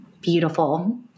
beautiful